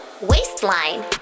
Waistline